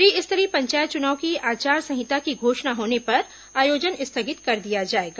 त्रि स्तरीय पंचायत चुनाव की आचार संहिता की घोषणा होने पर आयोजन स्थगित कर दिया जाएगा